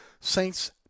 Saints